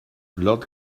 lord